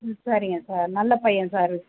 ம் சரிங்க சார் நல்ல பையன் சார்